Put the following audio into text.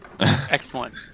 Excellent